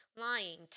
Lying